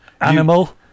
Animal